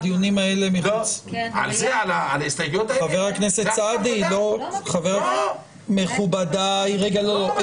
חבר הכנסת סעדי, חבר הכנסת, מכובדיי, רגע לא, לא.